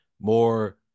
more